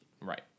Right